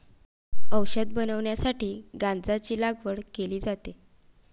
औषध बनवण्यासाठी गांजाची लागवड केली जाते